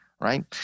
right